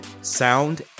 sound